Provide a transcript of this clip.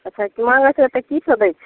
अच्छा माङ्गै छै तऽ की सब दै छै